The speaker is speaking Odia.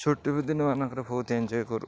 ଛୁଟି ଫୁଟି ଦିନମାନଙ୍କରେ ବହୁତ ଏଞ୍ଜୟ କରୁ